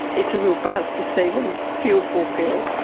it's a real buzz to see them feel fulfilled.